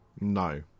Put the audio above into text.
No